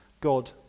God